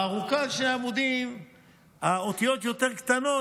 בארוכה על שני עמודים האותיות יותר קטנות,